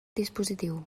dispositiu